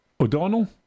O'Donnell